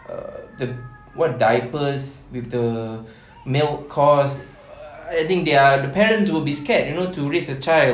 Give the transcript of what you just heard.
err the what diapers with the milk cost I think they are the parents will be scared you know to raise a child